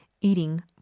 eating